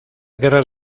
guerras